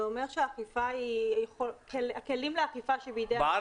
זה אומר שהכלים לאכיפה שבידי --- בער